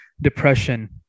depression